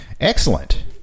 Excellent